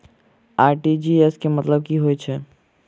RTGS केँ मतलब की होइ हय?